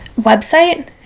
website